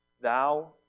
thou